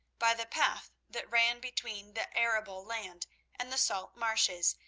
by the path that ran between the arable land and the salt marshes,